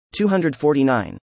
249